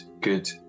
good